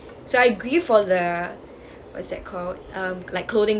so I agree for the what's that called uh like clothing